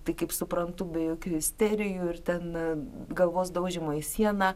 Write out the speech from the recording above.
tai kaip suprantu be jokių isterijų ir ten galvos daužymo į sieną